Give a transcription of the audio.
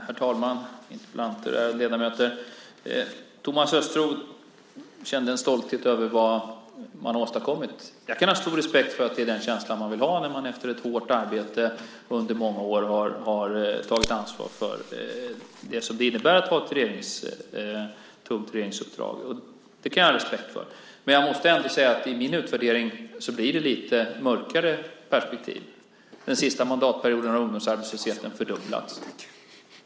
Herr talman! Thomas Östros kände en stolthet över vad man har åstadkommit. Jag kan ha stor respekt för att det är den känslan som man vill ha när man efter ett hårt arbete under många år har tagit ansvar för det som det innebär att ha ett tungt regeringsuppdrag. Det kan jag ha respekt för. Men jag måste ändå säga att det i min utvärdering blir ett lite mörkare perspektiv. Under den sista mandatperioden har ungdomsarbetslösheten fördubblats.